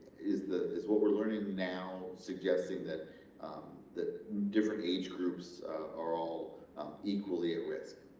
is that is what we're learning now suggesting that that different age groups are all equally at risk?